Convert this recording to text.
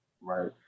Right